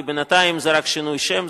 כי בינתיים זה רק שינוי שם,